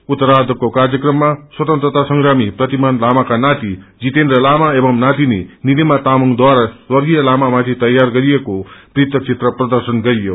उत्तर्राधको कार्यक्रममा स्वतंत्रता संग्रामी प्रतिमान लाामाका नाती जितेन्द्र लामा एवं नातीनी निलिमा तांग ढारा स्वग्रीय लामाा माथि तैयार गरिएको वृत्तचित्र प्रर्दशन गरियो